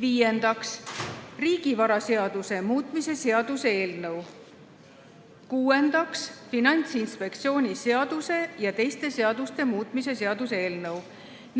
Viiendaks, riigivaraseaduse muutmise seaduse eelnõu. Kuuendaks, Finantsinspektsiooni seaduse ja teiste seaduste muutmise seaduse eelnõu.